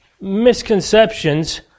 misconceptions